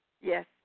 Yes